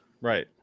Right